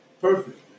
perfect